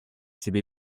себе